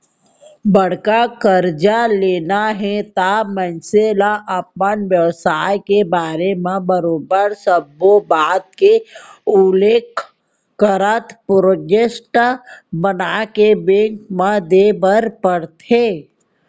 बड़का करजा लेना हे त मनसे ल अपन बेवसाय के बारे म बरोबर सब्बो बात के उल्लेख करत प्रोजेक्ट बनाके बेंक म देय बर परथे